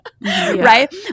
right